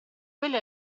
quello